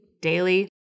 daily